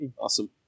Awesome